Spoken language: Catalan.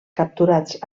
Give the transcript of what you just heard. capturats